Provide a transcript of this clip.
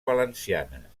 valencianes